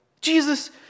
Jesus